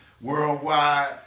worldwide